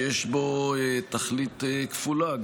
שיש בו תכלית כפולה,